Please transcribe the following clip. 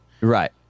Right